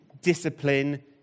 discipline